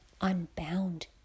unbound